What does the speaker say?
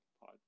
pod